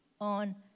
on